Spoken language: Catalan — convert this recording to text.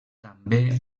també